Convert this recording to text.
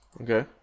Okay